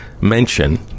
mention